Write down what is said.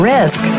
Risk